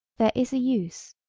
there is a use,